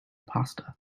pasta